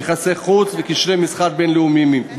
יחסי חוץ וקשרי מסחר בין-לאומיים.